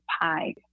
pie